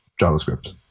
JavaScript